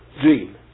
dream